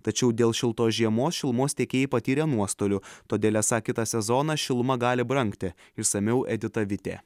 tačiau dėl šiltos žiemos šilumos tiekėjai patyrė nuostolių todėl esą kitą sezoną šiluma gali brangti išsamiau edita vitė